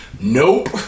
nope